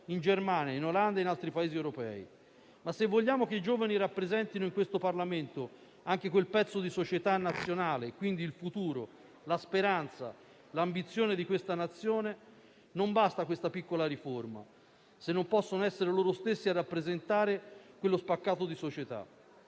Germania, Olanda e in altri Paesi europei. Se vogliamo però che i giovani rappresentino in questo Parlamento anche quel pezzo di società nazionale e quindi il futuro, la speranza e l'ambizione della nostra Nazione, non basta questa piccola riforma, se non possono essere loro stessi a rappresentare quello spaccato di società.